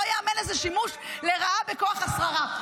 לא ייאמן איזה שימוש לרעה בכוח השררה.